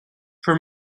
for